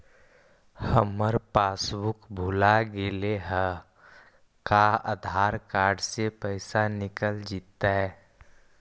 हमर पासबुक भुला गेले हे का आधार कार्ड से पैसा निकल जितै?